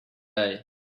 day